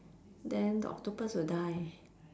then the octopus will die